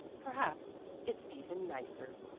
perhaps it's even nicer.